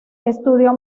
estudió